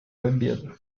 победу